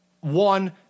One